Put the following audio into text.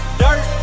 dirt